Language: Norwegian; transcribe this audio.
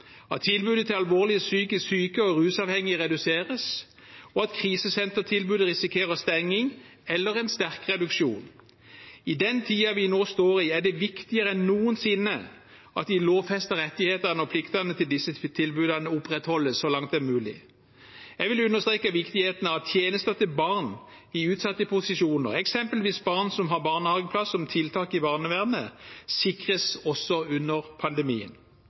at tilbudet til alvorlig psykisk syke og rusavhengige reduseres, og at krisesentertilbudet risikerer stenging eller en sterk reduksjon. I den tiden vi nå står i, er det viktigere enn noensinne at de lovfestede rettighetene og pliktene når det gjelder disse tilbudene, opprettholdes så langt det er mulig. Jeg vil understreke viktigheten av at tjenester til barn i utsatte posisjoner, eksempelvis barn som har barnehageplass som tiltak i barnevernet, sikres også under pandemien.